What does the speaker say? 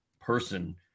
person